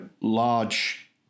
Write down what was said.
large